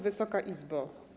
Wysoka Izbo!